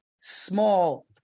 small